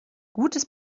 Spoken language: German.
gutes